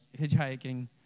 hitchhiking